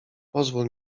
pozwól